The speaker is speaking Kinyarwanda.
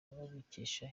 babikesha